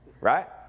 Right